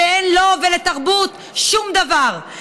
שאין לו ולתרבות שום דבר,